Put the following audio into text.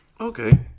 Okay